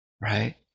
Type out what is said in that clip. right